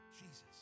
Jesus